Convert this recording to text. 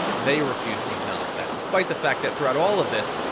they refuse to acknowledge that, despite the fact that throughout all of this,